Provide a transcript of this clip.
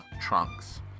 Trunks